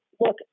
look